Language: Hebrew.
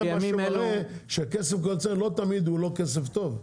זה מה שמראה שכסף קואליציוני לא תמיד הוא לא כסף טוב.